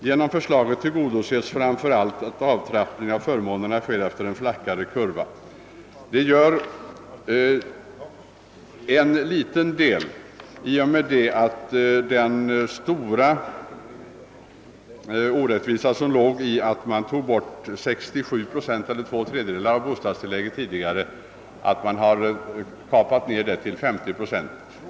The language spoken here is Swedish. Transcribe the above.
Genom förslaget tillgodoses framför allt att avtrappningen av förmånerna sker efter en flackare kurva.» Man har tagit ett litet steg i och med att den tidigare mycket orättvisa reduceringen med 67 procent, d.v.s. med två tredjedelar, nu har nedbringats till 50 procent.